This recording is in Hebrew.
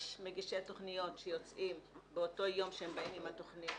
יש מגישי תוכניות שיוצאים באותו יום שהם באים עם התוכנית,